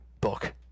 book